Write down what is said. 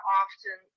often